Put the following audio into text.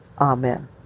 Amen